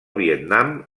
vietnam